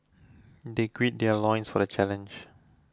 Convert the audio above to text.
they gird their loins for the challenge